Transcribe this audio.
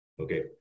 Okay